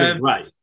Right